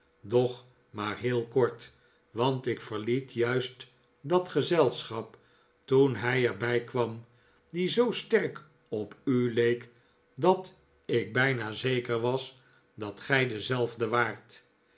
doch maar heel kort want ik verliet juist dat gezelschap toen hij er bij kwam die zoo sterk op u leek dat ik bijna zeker was dat gij dezelfde waart